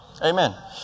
Amen